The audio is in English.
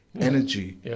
energy